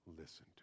listen